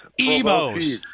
Emo's